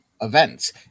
events